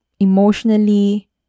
Emotionally